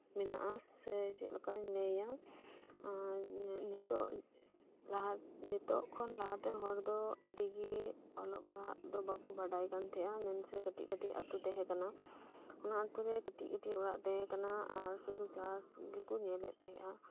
ᱢᱮᱱᱟᱜ ᱟ ᱥᱮ ᱪᱮᱫᱞᱮᱠᱟᱧ ᱞᱟᱹᱭᱟ ᱟᱨ ᱱᱤᱛᱚᱜ ᱱᱤᱛᱚᱜ ᱠᱷᱚᱱ ᱞᱟᱦᱟᱛᱮᱱ ᱦᱚᱲᱫᱚ ᱟᱹᱰᱤᱜᱮ ᱚᱞᱚᱜ ᱯᱟᱲᱦᱟᱜ ᱫᱚ ᱵᱟᱠᱩ ᱵᱟᱰᱟᱭ ᱠᱟᱱᱛᱟᱦᱮᱸᱜ ᱟ ᱢᱮᱱᱥᱮ ᱠᱟᱹᱴᱤᱡ ᱠᱟᱹᱴᱤᱡ ᱟᱛᱩ ᱛᱟᱦᱮᱸ ᱠᱟᱱᱟ ᱚᱱᱟ ᱟᱛᱩᱨᱮ ᱠᱟᱹᱴᱤᱡ ᱠᱟᱹᱴᱤᱡ ᱚᱲᱟᱜ ᱛᱟᱦᱮᱸ ᱠᱟᱱᱟ ᱟᱨ ᱥᱩᱫᱷᱩ ᱪᱟᱥᱜᱮᱠᱩ ᱧᱮᱞᱮᱫ ᱛᱟᱦᱮᱸᱜ ᱟ